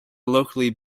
locally